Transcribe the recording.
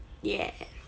yeah